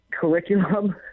curriculum